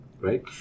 Right